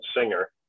singer